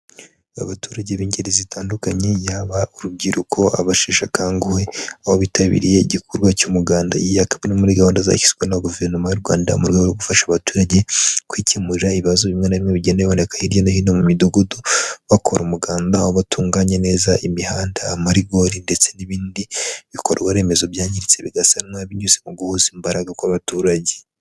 Abaturage b'ingeri zitandukanye y'aba urubyiruko, abashekanguwe aho bitabiriye igikorwa cy'umuganda. Iyi ikaba iri muri gahunda zashyizweho na guverinoma y'u Rwanda mu rwego rwo gufasha abaturage kwikemurira ibibazo bimwe na bimwe bigenda boneka hirya no hino mu midugudu bakora umuganda. Aho batunganya neza imihanda, amarigori ndetse n'ibindi bikorwaremezo byangiritse bigasanwa binyuze mu guhuza imbaraga kw'abaturage.